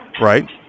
right